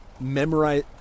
memorize